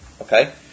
Okay